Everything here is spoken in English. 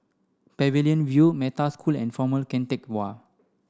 Pavilion View Metta School and Former Keng Teck Whay